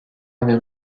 avait